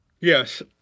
yes